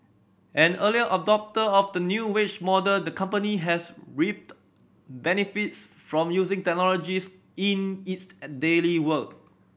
an early adopter of the new wage model the company has reaped benefits from using technologies in its a daily work